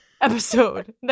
episode